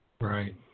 Right